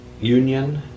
union